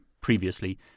previously